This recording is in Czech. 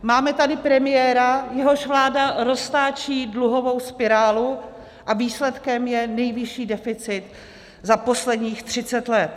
Máme tady premiéra, jehož vláda roztáčí dluhovou spirálu a výsledkem je nejvyšší deficit za posledních třicet let.